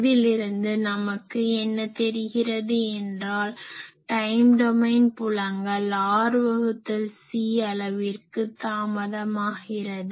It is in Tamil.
இதிலிருந்து நமக்கு என்ன தெரிகிறது என்றால் டைம் டொமைன் புலங்கள் r வகுத்தல் c அளவிற்கு தாமதமாகிறது